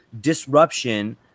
disruption